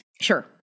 Sure